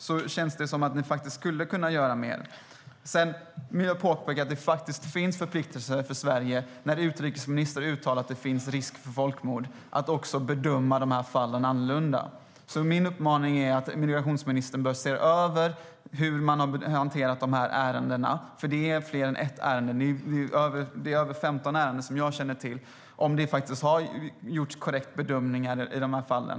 Jag vill också påpeka att Sverige faktiskt har förpliktelser att bedöma de här fallen annorlunda när utrikesministern uttalar att det finns en risk för folkmord. Min uppmaning är alltså att migrationsministern ska se över hur man har hanterat ärendena - det är nämligen fler än ett; jag känner till över 15 ärenden - och undersöka om det har gjorts korrekta bedömningar i de fallen.